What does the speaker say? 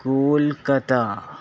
Kolkata